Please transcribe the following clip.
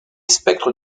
spectres